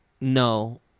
No